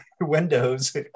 windows